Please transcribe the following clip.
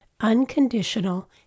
unconditional